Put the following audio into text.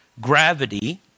gravity